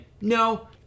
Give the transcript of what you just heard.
No